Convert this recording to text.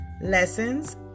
Lessons